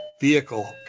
vehicle